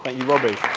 but you, robby.